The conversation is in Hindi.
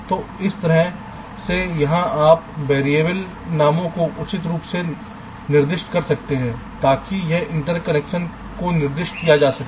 तो इस तरह से यहां आप वेरिएबल नामों को उचित रूप से निर्दिष्ट कर सकते हैं ताकि इस इंटरकनेक्शन को निर्दिष्ट किया जा सके